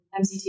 MCT